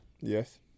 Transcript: yes